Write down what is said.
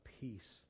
peace